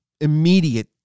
immediate